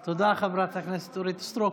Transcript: תודה, חברת הכנסת אורית סטרוק.